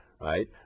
right